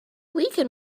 weaken